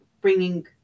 bringing